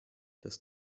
das